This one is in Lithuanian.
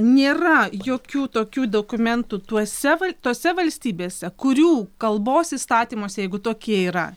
nėra jokių tokių dokumentų tuose val tose valstybėse kurių kalbos įstatymuose jeigu tokie yra